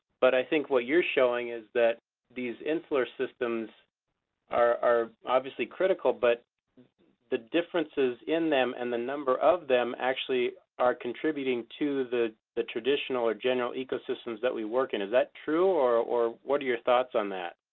but i think what you're showing is that these insular systems are are obviously critical, but the differences in them and the number of them actually are contributing to the the traditional or general ecosystems that we work in. is that true? or or what are your thoughts on that?